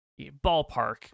ballpark